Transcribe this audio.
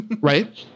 Right